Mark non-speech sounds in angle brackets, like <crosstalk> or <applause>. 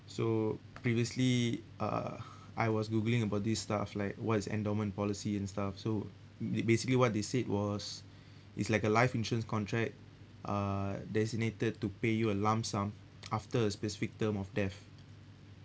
so previously uh <breath> I was googling about this stuff like what is endowment policy and stuff so ba~ basically what they said was <breath> it's like a life insurance contract uh designated to pay you a lump sum after a specific term of death